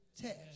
test